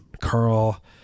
Carl